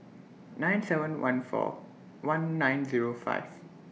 nine seven one four one nine Zero five